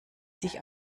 sich